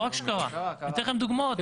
אני אתן לכם דוגמאות.